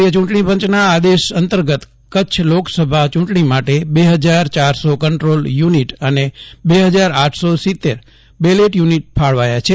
કેન્દ્રિય ચૂંટણીપંચના આદેશ અંતર્ગત કચ્છ લોકસભા ચ્રંટણી માટે બે હજાર ચારસો કન્ટ્રોલ યુનિટ અને બે હજાર આઠસો સીતેર બેલેટ યુનિટ ફાળવાયા છે